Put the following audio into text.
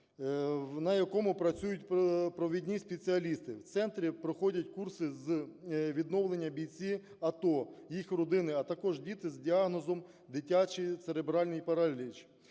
на якому працюють провідні спеціалісти. В центрі проходять курси з відновлення бійці АТО, їх родини, а також діти з діагнозом "дитячий церебральний параліч".